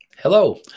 Hello